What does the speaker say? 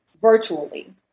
virtually